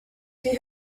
she